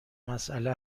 مسئله